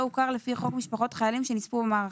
הוכר לפי חוק במשפחות חיילים שנספו במערכה: